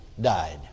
died